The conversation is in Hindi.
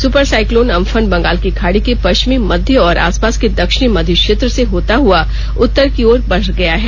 सुपर साइक्लोन अम्फन बंगाल की खाड़ी के पश्चिमी मध्य और आसपास के दक्षिणी मध्य क्षेत्र से होता हआ उत्तर की ओर बढ गया है